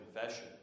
Confession